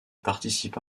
participa